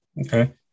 Okay